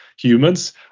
humans